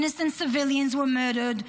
Innocent civilians were murdered,